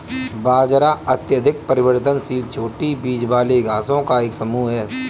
बाजरा अत्यधिक परिवर्तनशील छोटी बीज वाली घासों का एक समूह है